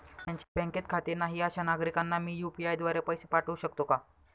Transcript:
ज्यांचे बँकेत खाते नाही अशा नागरीकांना मी यू.पी.आय द्वारे पैसे पाठवू शकतो का?